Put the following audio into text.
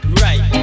right